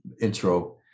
intro